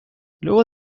luego